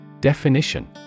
Definition